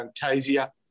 Fantasia